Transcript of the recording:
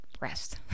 Rest